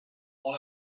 all